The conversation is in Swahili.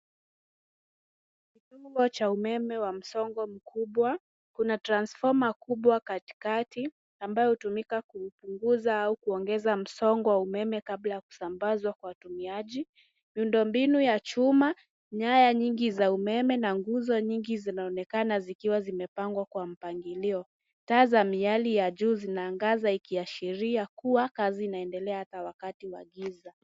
cha umeme wa msongo mkubwa, kuna transfoma kubwa katiikati, ambayo hutumika kupunguza au kuongeza msongo wa umeme kabla ya kusambaza kwa watumiaji. Miundombinu ya chuma, nyaya nyingi za umeme na nguzo nyingi zinaonekana zikiwa zimepangwa kwa mpangilio. Taa za miali ya juu zinaangaza ikiashiria kuwa kazi inandelea hata wakati wa giza.